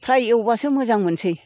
फ्राय एवबासो मोजां मोनसै